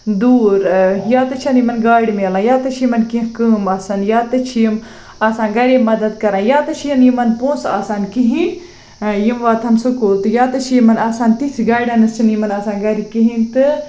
دوٗر یا تہٕ چھَنہٕ یِمَن گاڑِ میلان یا تہٕ چھِ یِمَن کیٚنہہ کٲم آسان یا تہٕ چھِ یِم آسان گَری مدد کران یا تہٕ چھِنہٕ یِمَن پونٛسہٕ آسان کِہیٖنۍ یِم واتہَن سُکوٗل یا تہٕ چھِ یِمَن آسان تِژھٕ گایڈٮ۪نٕس چھِنہٕ یِمَن آسان گَرِ کِہیٖنۍ تہٕ